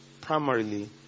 primarily